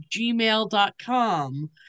gmail.com